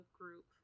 group